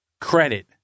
credit